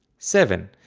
seven.